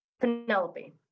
penelope